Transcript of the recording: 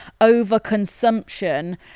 overconsumption